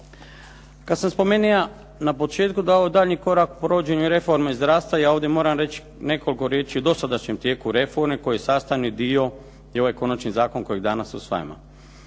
Kada sam spomenuo na početku da je ovo daljnji korak u provođenju reforme zdravstva, ja ovdje moram reći o dosadašnjem tijeku reforme koji je sastavni dio i ovaj konačni zakon kojega danas usvajamo.